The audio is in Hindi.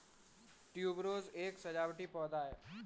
ट्यूबरोज एक सजावटी पौधा है